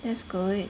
that's good